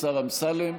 השר אמסלם,